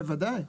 בוודאי.